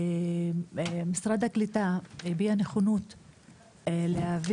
משרד הקליטה הביע נכונות להעביר,